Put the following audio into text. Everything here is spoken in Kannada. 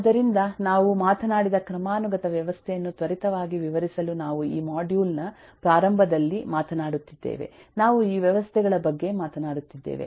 ಆದ್ದರಿಂದ ನಾವು ಮಾತನಾಡಿದ ಕ್ರಮಾನುಗತ ವ್ಯವಸ್ಥೆಯನ್ನು ತ್ವರಿತವಾಗಿ ವಿವರಿಸಲು ನಾವು ಈ ಮಾಡ್ಯೂಲ್ನ ಆರಂಭದಲ್ಲಿ ಮಾತನಾಡುತ್ತಿದ್ದೇವೆ ನಾವು ಈ ವ್ಯವಸ್ಥೆಗಳ ಬಗ್ಗೆ ಮಾತನಾಡುತ್ತಿದ್ದೇವೆ